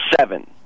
seven